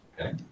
Okay